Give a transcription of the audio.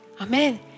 Amen